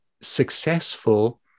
successful